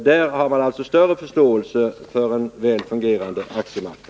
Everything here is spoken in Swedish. Där har man alltså större förståelse för en väl fungerande aktiemarknad.